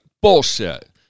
bullshit